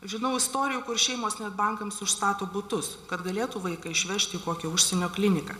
žinau istorijų kur šeimos net bankams užstato butus kad galėtų vaiką išvežti į kokią užsienio kliniką